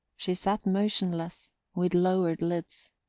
she sat motionless, with lowered lids.